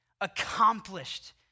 accomplished